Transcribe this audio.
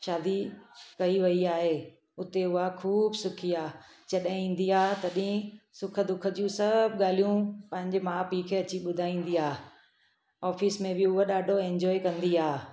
शादी कई वई आहे उते उहा ख़ूब सुखी आहे जॾहिं ईंदी आहे तॾहिं सुख दुख जूं सभु ॻाल्हियूं पंहिंजे माउ पीउ खे अची ॿुधाईंदी आहे ऑफिस में बि उहा ॾाढो इंजॉय कंदी आहे